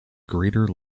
greater